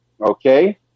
Okay